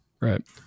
Right